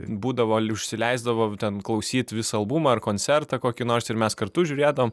būdavo liu užsileisdavo ten klausyt visą albumą ar koncertą kokį nors ir mes kartu žiūrėdavom